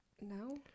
no